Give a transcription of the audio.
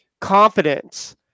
confidence